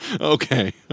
Okay